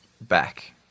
back